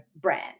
brand